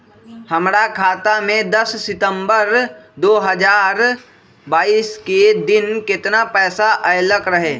हमरा खाता में दस सितंबर दो हजार बाईस के दिन केतना पैसा अयलक रहे?